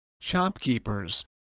shopkeepers